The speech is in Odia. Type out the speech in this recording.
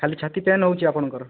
ଖାଲି ଛାତି ପେନ୍ ହେଉଛି ଆପଣଙ୍କର୍